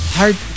hard